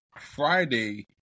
Friday